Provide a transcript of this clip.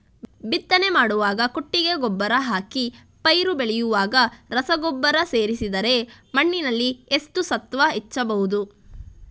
ಬಿತ್ತನೆ ಮಾಡುವಾಗ ಕೊಟ್ಟಿಗೆ ಗೊಬ್ಬರ ಹಾಕಿ ಪೈರು ಬೆಳೆಯುವಾಗ ರಸಗೊಬ್ಬರ ಸೇರಿಸಿದರೆ ಮಣ್ಣಿನಲ್ಲಿ ಎಷ್ಟು ಸತ್ವ ಹೆಚ್ಚಬಹುದು?